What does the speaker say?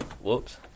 Whoops